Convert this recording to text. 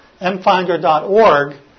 mfinder.org